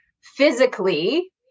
physically